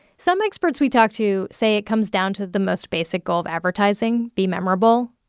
some experts we talked to say it comes down to the most basic goal of advertising, be memorable.